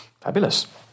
Fabulous